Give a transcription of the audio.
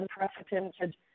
unprecedented